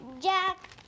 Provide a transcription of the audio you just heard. Jack